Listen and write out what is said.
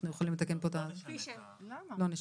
לא נשנה.